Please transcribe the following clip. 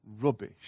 rubbish